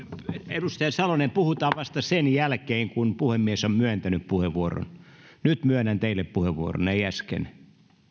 edustaja salonen puhutaan vasta sen jälkeen kun puhemies on myöntänyt puheenvuoron nyt myönnän teille puheenvuoron en äsken